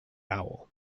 owl